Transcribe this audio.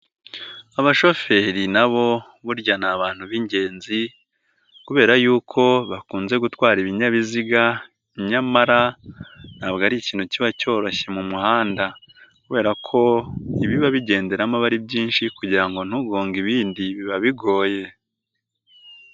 Abashoferi na bo burya ni abantu b'ingenzi kubera yuko bakunze gutwara ibinyabiziga nyamara ntabwo ari ikintu kiba cyoroshye mu muhanda kubera ko ibiba bigenderamo aba ari byinshi kugira ngo ntugonge ibindi biba bigoye.